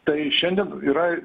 tai šiandien yra